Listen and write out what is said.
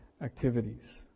activities